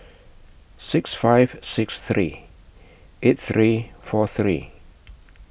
six five six three eight three four three